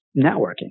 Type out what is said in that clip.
networking